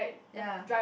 ya